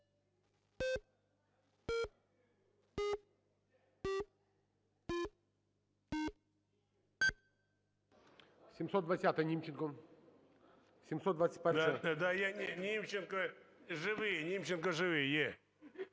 Німченко живий. Німченко живий, є.